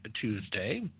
Tuesday